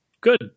Good